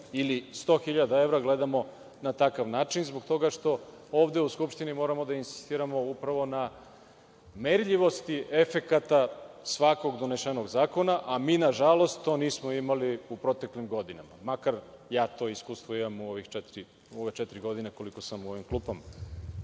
ili 100 hiljada evra gledamo na takav način, zbog toga što ovde u Skupštini moramo da insistiramo upravo na merljivosti efekata svakog donešenog zakona, a mi, nažalost, to nismo imali u proteklim godinama, makar ja to iskustvo imamo u ove četiri godine, koliko sam u ovim